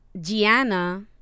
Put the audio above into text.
Gianna